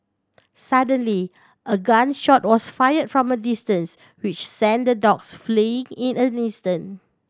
suddenly a gun shot was fire from a distance which sent the dogs fleeing in an instant